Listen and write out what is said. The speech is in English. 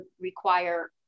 require